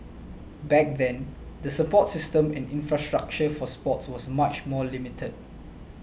back then the support system and infrastructure for sports was much more limited